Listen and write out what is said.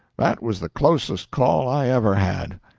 that was the closest call i ever had.